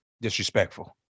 Disrespectful